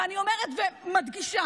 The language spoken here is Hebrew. ואני אומרת ומדגישה,